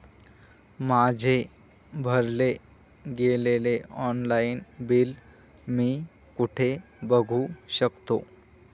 माझे भरले गेलेले ऑनलाईन बिल मी कुठे बघू शकतो?